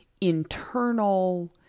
internal